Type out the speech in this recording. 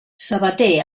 sabater